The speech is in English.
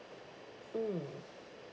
mm